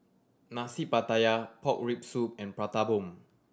Nasi Pattaya pork rib soup and Prata Bomb